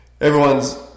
everyone's